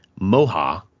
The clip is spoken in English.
Moha